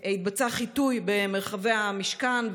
התבצע חיטוי במרחבי המשכן,